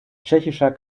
tschechischer